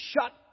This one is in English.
shut